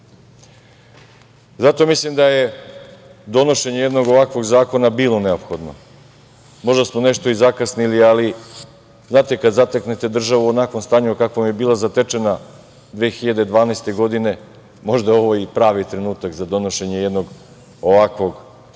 mislim da je donošenje jednog ovakvog zakona bilo neophodno. Možda smo nešto i zakasnili, ali kada zateknete državu u onakvom stanju kakvom je bila zatečena 2012. godine, možda je ovo i pravi trenutak za donošenje jednog ovakvog zakona. Još